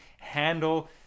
handle